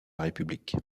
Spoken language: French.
république